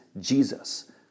Jesus